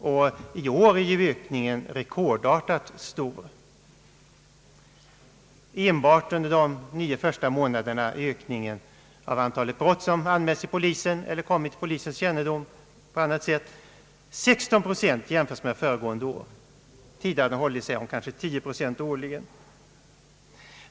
I år är ökningen rekordartat stor — enbart under de nio första månaderna är ökningen av antalet brott som anmälts till polisen eller på annat sätt kommit till dess kännedom 16 procent jämfört med motsvarande tid föregående år; tidigare har ökningen hållit sig vid kanske 10 procent årligen.